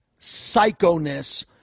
psychoness